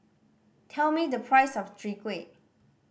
tell me the price of Chwee Kueh